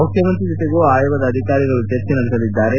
ಮುಖ್ಯಮಂತ್ರಿ ಜತೆಗೂ ಆಯೋಗದ ಅಧಿಕಾರಿಗಳು ಚರ್ಚೆ ನಡೆಸಲಿದ್ದಾರೆ